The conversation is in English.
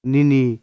Nini